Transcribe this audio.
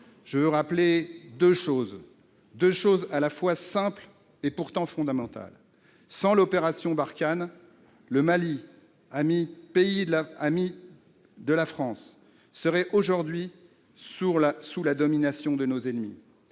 je veux rappeler deux choses, simples et pourtant fondamentales : sans l'opération Barkhane, le Mali, pays ami de la France, serait aujourd'hui sous la domination de nos ennemis